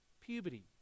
puberty